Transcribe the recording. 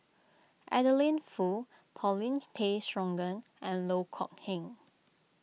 Adeline Foo Paulin Tay Straughan and Loh Kok Heng